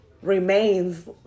remains